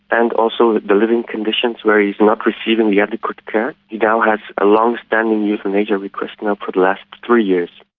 and also the living conditions where he is not receiving the adequate care, he now has a long-standing euthanasia request now for the last three years.